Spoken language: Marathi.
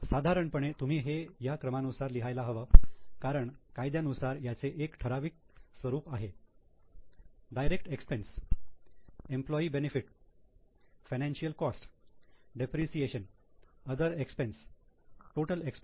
साधारणपणे तुम्ही हे ह्या क्रमानुसार लिहायला हवं कारण कायद्यानुसार याचे एक ठराविक स्वरूप आहे direct expense employee benefit financial cost depreciation other expense total expense